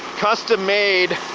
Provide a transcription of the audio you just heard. custom made.